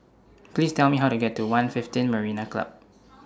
Please Tell Me How to get to one fifteen Marina Club